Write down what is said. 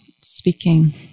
speaking